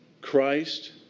Christ